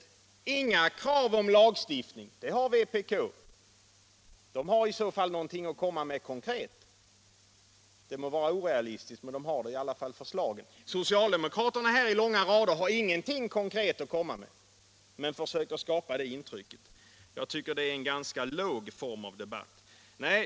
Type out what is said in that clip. Ni har inga krav på lagstiftning — det har vpk, som här alltså har någonting konkret att komma med, även om det är orealistiskt. Socialdemokraterna, som här uppträtt i långa rader, har ingenting konkret att komma med, men de försöker ge det intrycket. Jag tycker att det är en ganska låg form av debatt.